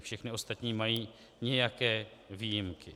Všechny ostatní mají nějaké výjimky.